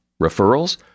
Referrals